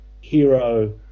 hero